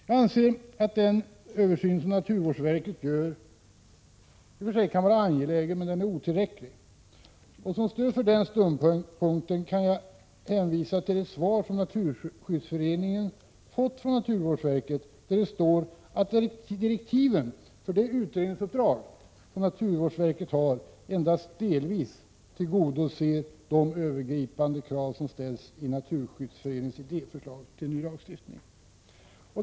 Jag anser att den översyn som naturvårdsverket gör i och för sig kan vara angelägen men att den är otillräcklig. Som stöd för den ståndpunkten kan jag hänvisa till ett svar som Naturskyddsföreningen fått från naturvårdsverket, där det står att direktiven för det utredningsuppdrag som naturvårdsverket har endast delvis tillgodoser de övergripande krav som ställs i Naturskyddsföreningens idéförslag till ny lagstiftning.